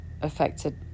affected